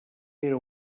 era